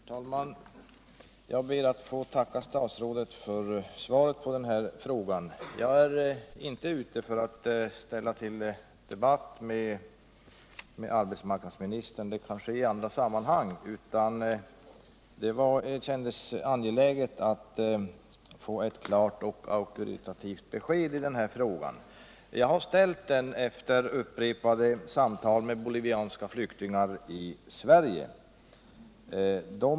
Herr talman! Jag ber att få tacka statsrådet för svaret på frågan. Jag är inte ute efter att ställa till med någon stor debatt med arbetsmarknadsministern — det kan ske i andra sammanhang. Men det kändes angeläget att få ett klart och auktoritativt besked i den här frågan. Jag har ställt frågan efier upprepade samtal med bolivianska flyktingar i önskar återvända till hemlandet Sverige.